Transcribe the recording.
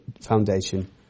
foundation